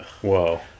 Whoa